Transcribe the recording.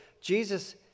Jesus